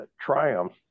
triumph